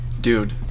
Dude